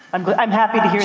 i'm but i'm happy to hear